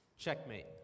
Checkmate